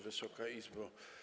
Wysoka Izbo!